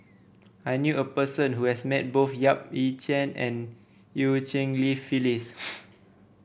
I knew a person who has met both Yap Ee Chian and Eu Cheng Li Phyllis